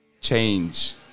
change